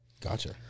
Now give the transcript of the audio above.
Gotcha